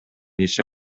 иши